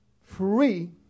free